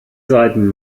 seiten